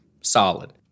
solid